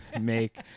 make